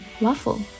waffle